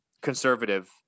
conservative